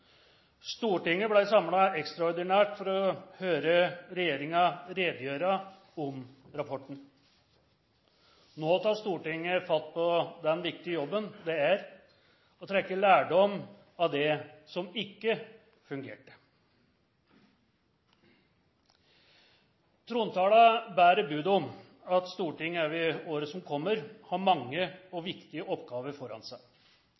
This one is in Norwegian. Stortinget ble samlet ekstraordinært for å høre regjeringen redegjøre om rapporten. Nå tar Stortinget fatt på den viktige jobben det er å trekke lærdom av det som ikke fungerte. Trontalen bærer bud om at Stortinget også i året som kommer har mange og viktige oppgaver foran seg.